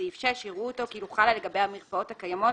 לפי סעיף 6 יראו אותו כאילו חלה לגבי המרפאות הקיימות